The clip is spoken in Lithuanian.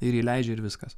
ir įleidžia ir viskas